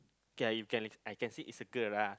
K lah you can l~ I can say is a girl lah